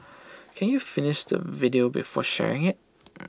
can you finish the video before sharing IT